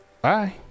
Bye